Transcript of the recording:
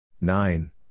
Nine